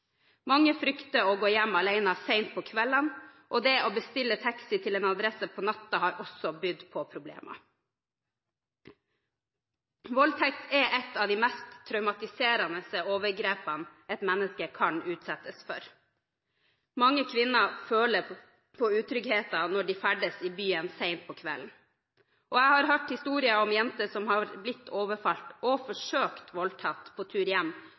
Mange frykter å gå hjem alene sent på kvelden, og det å bestille taxi til en adresse på natten har også bydd på problemer. Voldtekt er et av de mest traumatiserende overgrepene et menneske kan utsettes for. Mange kvinner føler på utryggheten når de ferdes i byen sent på kvelden. Jeg har hørt historier om jenter som har blitt overfalt og forsøkt voldtatt på